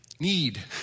need